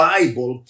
Bible